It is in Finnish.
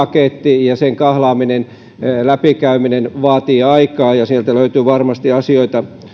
lakipaketti ja sen kahlaaminen ja läpikäyminen vaatii aikaa ja sieltä löytyy varmasti asioita